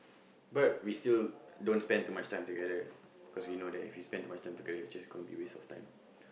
but we still don't spent too much time together cause we know that if we spent too much time together we just gonna be waste of time